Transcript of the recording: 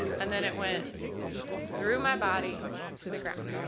and then it went through my body to the ground.